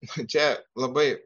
čis labai